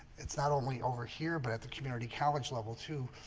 it's not only over here, but at the community college. level, too